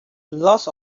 lots